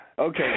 Okay